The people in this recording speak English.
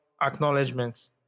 acknowledgement